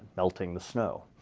melting the snow.